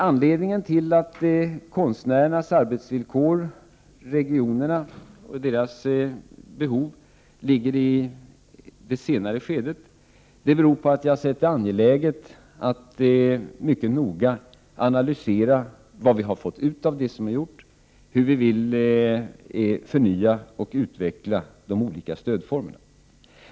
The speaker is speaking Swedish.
Anledningen till att konstnärernas arbetsvillkor och regionernas behov ligger i det senare skedet är att jag har ansett det vara angeläget att mycket noga analysera vad vi har fått ut av det som har gjorts och hur vi vill förnya och utveckla de olika stödformerna.